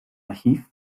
archiv